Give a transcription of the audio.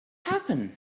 happen